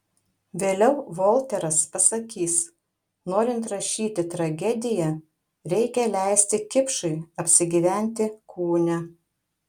vėliau volteras pasakys norint rašyti tragediją reikia leisti kipšui apsigyventi kūne